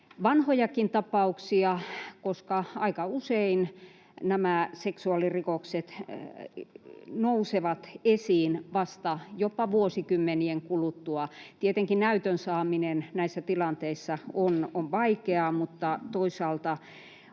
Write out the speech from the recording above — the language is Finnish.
vanhojakin tapauksia, koska aika usein nämä seksuaalirikokset nousevat esiin vasta jopa vuosikymmenien kuluttua. Tietenkin näytön saaminen näissä tilanteissa on vaikeaa, mutta toisaalta